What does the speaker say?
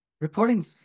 Reporting